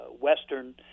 Western